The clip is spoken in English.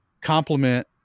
complement